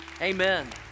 Amen